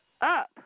up